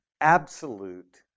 absolute